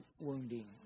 wounding